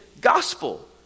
gospel